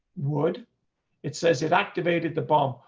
would it says it activated the bomb,